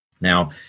Now